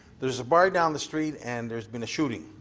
there's a bar down the street and there's been a shooting.